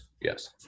yes